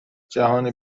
جهان